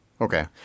Okay